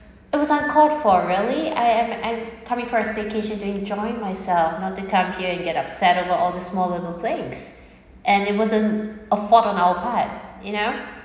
it was uncalled for really I am I'm coming for staycation to enjoy myself not to come here and get upset over all the small little things and it wasn't a fault on our part you know